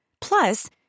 Plus